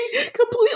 completely